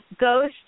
goes